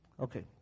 Okay